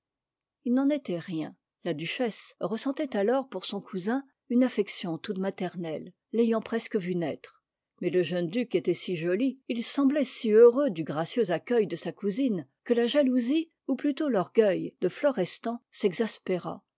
il n'en était rien la duchesse ressentait alors pour son cousin une affection toute maternelle l'ayant presque vu naître mais le jeune duc était si joli il semblait si heureux du gracieux accueil de sa cousine que la jalousie ou plutôt l'orgueil de